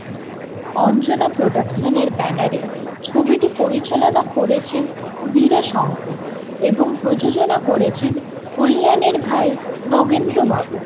অঞ্জনা প্রোডাকশনের ব্যানারে ছবিটি পরিচালনা করেছেন বীরা শঙ্কর এবং প্রযোজনা করেছেন কল্যাণের ভাই নগেন্দ্র বাবু